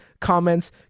comments